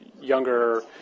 younger